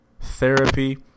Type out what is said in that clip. therapy